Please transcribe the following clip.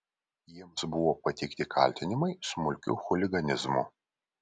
jiems buvo pateikti kaltinimai smulkiu chuliganizmu